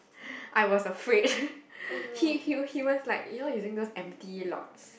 I was afraid he he he was like you know using those empty lot